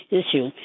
issue